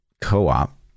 co-op